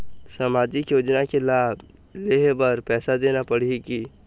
सामाजिक योजना के लाभ लेहे बर पैसा देना पड़ही की?